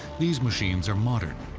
these machines are modern,